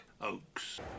Oaks